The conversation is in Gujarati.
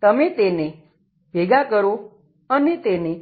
તમે તેને ભેગા કરો અને તેને